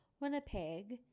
Winnipeg